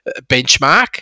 benchmark